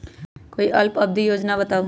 कोई अल्प अवधि योजना बताऊ?